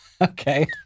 okay